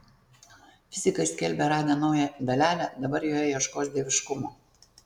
fizikai skelbia radę naują dalelę dabar joje ieškos dieviškumo